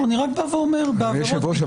אדוני היושב-ראש,